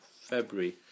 February